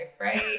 right